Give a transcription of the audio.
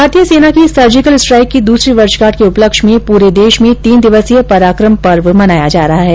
भारतीय सेना की सर्जिकल स्ट्राइक की दूसरी वर्षगांठ के उपलक्ष्य में पूरे देश में तीन दिवसीय पराक्रम पर्व मनाया जा रहा है